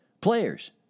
players